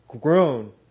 grown